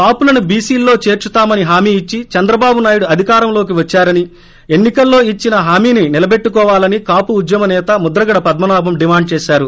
కాపులను బీసీల్లో చేర్చుతామని హామీ ఇచ్చి చంద్రబాబు నాయుడు అధికారంలోకి వద్చారని ఎన్ని కల్లో ఇచ్చిన హామీని నిలబెట్లుకోవాలని కాపు ఉద్యమ సేత ముద్రగడ పద్మనాభం డిమాండ్ చేశారు